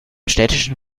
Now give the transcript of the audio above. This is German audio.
städtischen